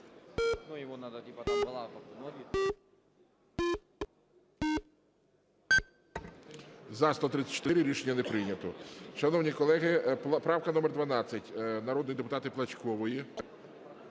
За-134 Рішення не прийнято. Шановні колеги, правка номер 12 народного депутата Плачкової.